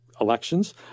elections